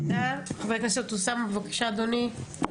חבר הכנסת אוסאמה, בבקשה אדוני.